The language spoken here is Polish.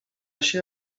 się